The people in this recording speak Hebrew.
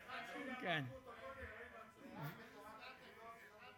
זה רק בתורת הגבולות.